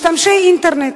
משתמשי האינטרנט.